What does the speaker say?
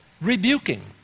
Rebuking